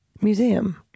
Museum